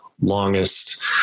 longest